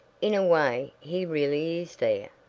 in a way, he really is there.